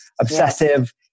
obsessive